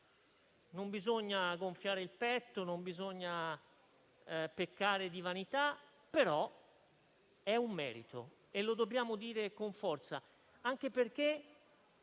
Non bisogna gonfiare il petto, non bisogna peccare di vanità, però è un merito e lo dobbiamo dire con forza, anche perché